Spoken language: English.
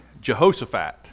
Jehoshaphat